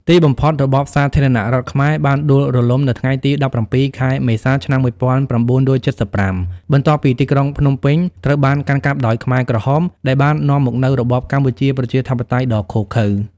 ទីបំផុត របបសាធារណរដ្ឋខ្មែរបានដួលរលំនៅថ្ងៃទី ១៧ ខែ មេសា ឆ្នាំ ១៩៧៥ បន្ទាប់ពីទីក្រុងភ្នំពេញត្រូវបានកាន់កាប់ដោយខ្មែរក្រហម ដែលបាននាំមកនូវរបបកម្ពុជាប្រជាធិបតេយ្យដ៏ឃោរឃៅ។